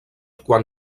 quan